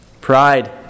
Pride